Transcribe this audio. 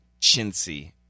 chintzy